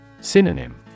Synonym